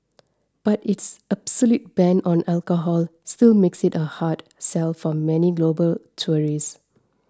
but its absolute ban on alcohol still makes it a hard sell for many global tourists